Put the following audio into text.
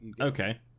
okay